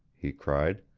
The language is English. he cried.